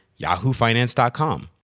yahoofinance.com